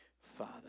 Father